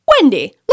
Wendy